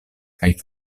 kaj